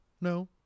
no